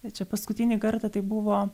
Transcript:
čia paskutinį kartą tai buvo